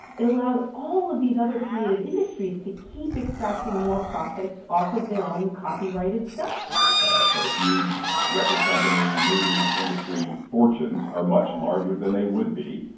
it allowed all of these other creative industries to keep extracting more profits off of their own copyrighted stuff so huge record company, movie industry fortunes are much larger than they would be.